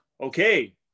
Okay